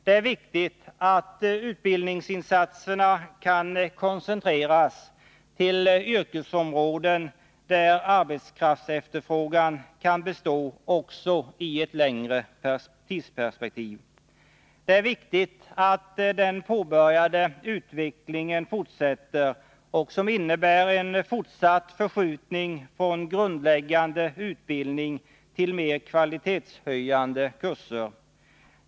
Det är viktigt att utbildningsinsatserna kan koncentreras till yrkesområden där en arbetskraftsefterfrågan kan bestå också i ett längre tidsperspektiv. Det är viktigt att den påbörjade utvecklingen fortsätter. Det innebär en fortsatt förskjutning från grundläggande utbildning till mer kvalitetshöjande kurser.